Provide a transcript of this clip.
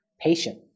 patient